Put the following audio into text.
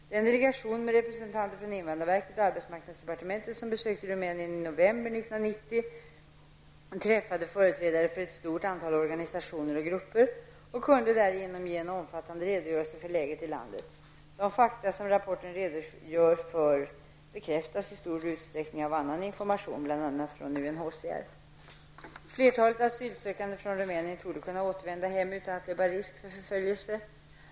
Den delegation med representanter från invandrarverket och arbetsmarknadsdepartementet som besökte Rumänien i november 1990 träffade företrädare för ett stort antal organiationer och grupper, och kunde därigenom ge en omfattande redogörelse för läget i landet. De fakta som rapporten redogör för bekräftas i stor utsträckning av annan information, bl.a. från UNHCR: Flertalet asylsökande från Rumänien torde kunna återvända hem utan att löpa risk för förföljelse.